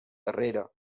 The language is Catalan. darrere